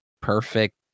perfect